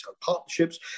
partnerships